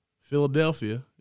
Philadelphia